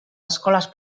escoles